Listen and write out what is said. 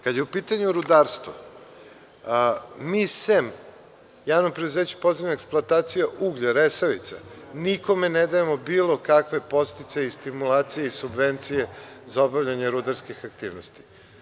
Kada je u pitanju rudarstvo, mi sem JP Podzemna eksploatacija uglja „Resavica“, nikome ne dajemo bilo kakve podsticaje i stimulacije i subvencije za obavljanje rudarskih aktivnosti.